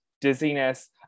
dizziness